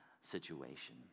situation